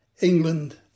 England